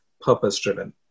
purpose-driven